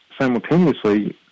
simultaneously